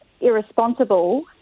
irresponsible